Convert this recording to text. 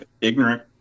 ignorant